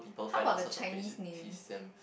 how about the Chinese names